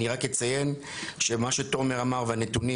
אני רק אציין שמה שתומר אמר והנתונים,